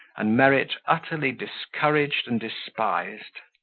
and merit utterly discouraged and despised.